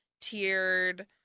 tiered